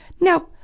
Now